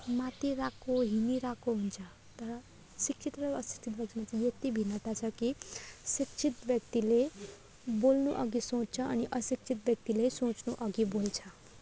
मातिरहेको हिँडिरहेको हुन्छ तर शिक्षित र अशिक्षित व्यक्तिमा यति भिन्नता छ कि शिक्षित व्यक्तिले बोल्नु अघि सोच्छ अनि अशिक्षित व्यक्तिले सोच्नु अघि बोल्छ